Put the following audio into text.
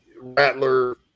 Rattler